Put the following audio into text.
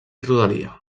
rodalia